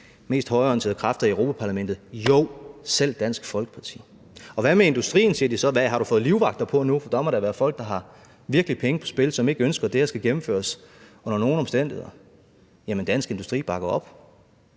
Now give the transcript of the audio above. mest højreorienterede kræfter i Europa-Parlamentet: Jo, selv Dansk Folkeparti. Og hvad med industrien? siger de så. Har du fået livvagter på nu? Det bør man da. Der er folk, der virkelig har penge på spil, og som ikke ønsker, at det her skal gennemføres under nogen omstændigheder. Jamen, Dansk Industri bakker op.